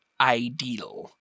ideal